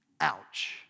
Ouch